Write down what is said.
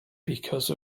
because